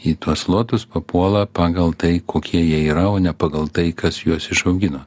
į tuos lotus papuola pagal tai kokie jie yra o ne pagal tai kas juos išaugino